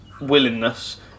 willingness